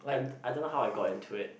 I d~ I don't know how I got into it